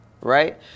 right